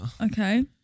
okay